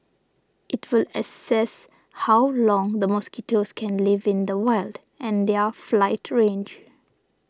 it will assess how long the mosquitoes can live in the wild and their flight range